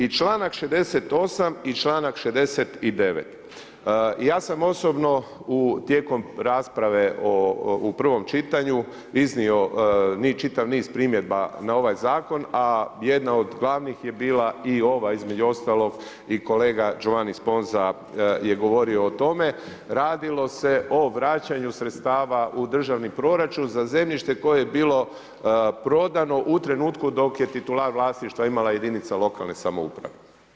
I čl. 68. i čl.69 ja sam osobno u tijekom rasprave u prvom čitanju, iznio čitav niz primjedba na ovaj zakon, a jedna od glavnih je bila i ova između ostalog i kolega Giovanni Sponza je govorio o tome, radilo se o vraćanju sredstava u državni proračun, za zemljište koje je bilo prodano u trenutku, dok je titular vlasništva imala jedinica lokalne samouprave.